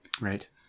Right